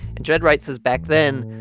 and ged wright says, back then,